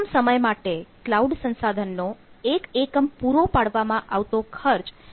એકમ સમય માટે ક્લાઉડ સંસાધન નો 1 એકમ પૂરો પાડવામાં આવતો ખર્ચ 0